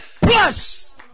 Plus